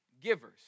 givers